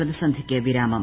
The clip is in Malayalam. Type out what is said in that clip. പ്രതിസന്ധിക്ക് വിരാമം